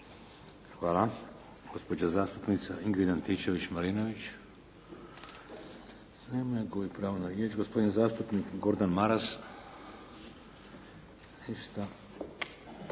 riječ. Gospodin zastupnik Gordan Maras.